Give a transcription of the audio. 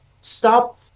Stop